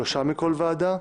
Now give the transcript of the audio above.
שלושה מכל ועדה.